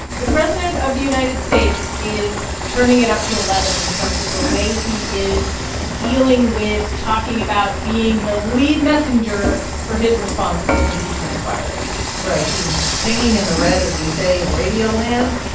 the president of the united states is turning it up to eleven in terms of the way he is dealing with talking about being the lead messenger for his response to this impeachment inquiry right. he's pinging in the red, as we say in radio land.